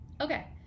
okay